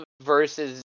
versus